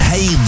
Hey